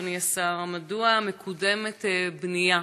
אדוני השר: מדוע מקודמת בנייה